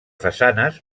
façanes